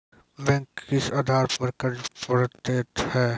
Bank किस आधार पर कर्ज पड़तैत हैं?